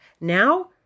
Now